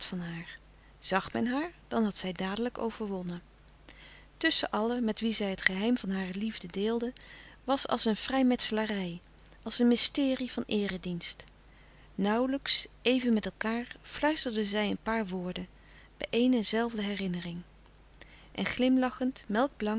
haar zag men haar dan had zij dadelijk overwonnen tusschen allen met wie zij het geheim van hare liefde deelde was als een vrijmetselarij als een mysterie van eeredienst nauwlijks even met elkaâr fluisterden zij een paar woorden bij eene zelfde herinnering en glimlachend